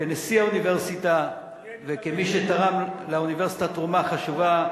כנשיא האוניברסיטה וכמי שתרם לאוניברסיטה תרומה חשובה.